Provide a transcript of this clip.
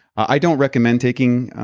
i don't recommend taking